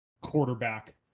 quarterback